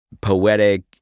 poetic